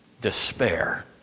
despair